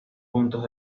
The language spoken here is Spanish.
puntos